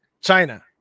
China